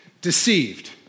deceived